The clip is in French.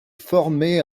formé